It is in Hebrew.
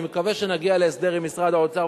אני מקווה שנגיע להסדר עם משרד האוצר,